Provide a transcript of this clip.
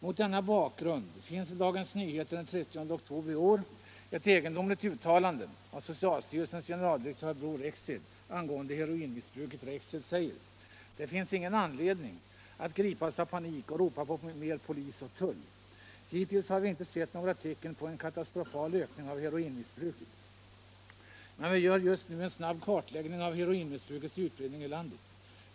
Mot denna bakgrund finns i Dagens Nyheter den 30 oktober i år ett egendomligt uttalande av socialstyrelsens generaldirektör Bror Rexed angående heroinmissbruket: ”Det finns ingen anledning att gripas av panik och ropa på mer polis och tull, säger socialstyrelsens generaldirektör Bror Rexed. Hittills har vi inte sett några tecken på en katastrofal ökning av heroinmissbruket. Men vi gör just nu en snabb kartläggning av heroinmissbrukets utbredning i landet.